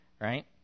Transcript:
right